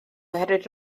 oherwydd